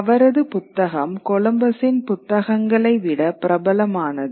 அவரது புத்தகம் கொலம்பஸின் புத்தகங்களை விட பிரபலமானது